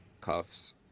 cuffs